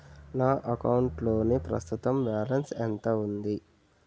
నా అకౌంట్ లోని ప్రస్తుతం బాలన్స్ ఎంత ఉంది?